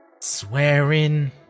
swearing